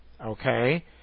okay